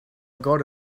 got